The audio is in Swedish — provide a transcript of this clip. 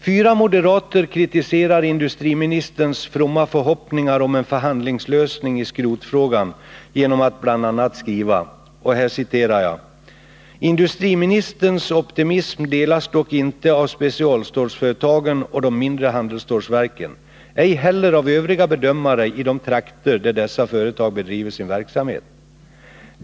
Fyra moderater kritiserar industriministerns fromma förhoppningar om en förhandlingslösning i skrotfrågan genom att bl.a. skriva: ”Industriministerns optimism delas dock inte av specialstålsföretagen och de mindre handelsstålsföretagen, ej heller av övriga bedömare i de trakter där dessa företag bedriver sin verksamhet.